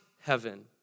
heaven